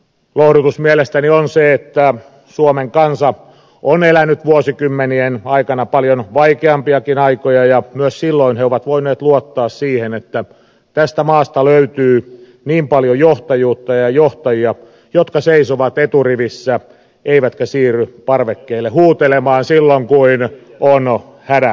lohdutus mielestäni on se että suomen kansa on elänyt vuosikymmenien aikana paljon vaikeampiakin aikoja ja myös silloin he ovat voineet luottaa siihen että tästä maasta löytyy paljon johtajuutta ja johtajia jotka seisovat eturivissä eivätkä siirry parvekkeelle huutelemaan silloin kun on hädän aika